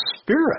Spirit